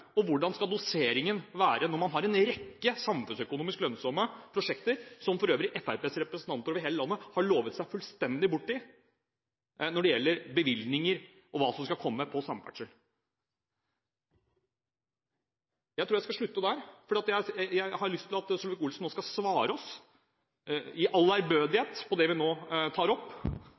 skal doseringen være når man har en rekke samfunnsøkonomisk lønnsomme prosjekter – som for øvrig Fremskrittspartiets representanter over hele landet har lovet seg fullstendig bort i når det gjelder bevilgninger, og hva som skal komme på samferdsel? Jeg tror jeg skal slutte der, for jeg har lyst til at Solvik-Olsen nå skal svare oss i all ærbødighet på det vi nå tar opp.